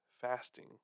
fasting